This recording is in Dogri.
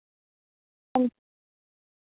हंजी